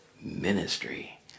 ministry